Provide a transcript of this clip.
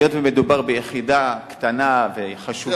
היות שמדובר ביחידה קטנה וחשובה,